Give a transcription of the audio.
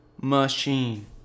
machine